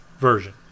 version